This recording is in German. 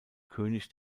könig